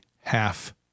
half-